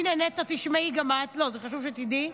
הינה, נטע, תשמעי גם את, זה חשוב שתדעי,